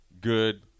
good